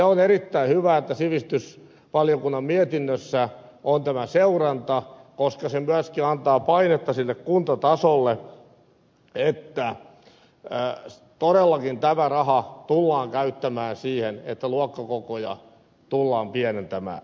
on erittäin hyvä että sivistysvaliokunnan mietinnössä on tämä seuranta koska se myöskin antaa painetta sinne kuntatasolle että todellakin tämä raha tullaan käyttämään siihen että luokkakokoja tullaan pienentämään